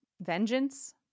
vengeance